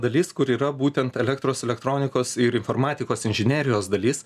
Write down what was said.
dalis kur yra būtent elektros elektronikos ir informatikos inžinerijos dalis